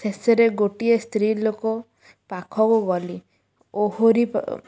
ଶେଷରେ ଗୋଟିଏ ସ୍ତ୍ରୀ ଲୋକ ପାଖକୁ ଗଲି ଓହରି ପ